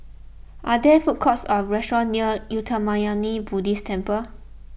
are there food courts or restaurants near Uttamayanmuni Buddhist Temple